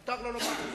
מותר לו לומר.